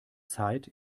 zeit